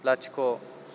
लाथिख'